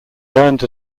earned